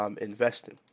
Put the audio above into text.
investing